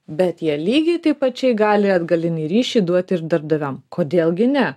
bet jie lygiai taip pačiai gali atgalinį ryšį duot ir darbdaviam kodėl gi ne